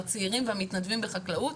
הצעירים והמתנדבים בחקלאות.